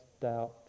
doubt